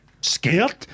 scared